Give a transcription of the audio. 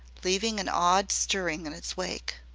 leaving an awed stirring in its wake.